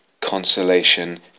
consolation